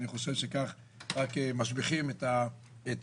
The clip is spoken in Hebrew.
אני חושב שכך רק משביחים את הכוחות.